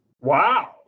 Wow